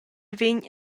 vegn